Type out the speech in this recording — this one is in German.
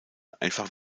einfach